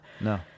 no